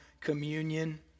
Communion